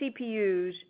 CPUs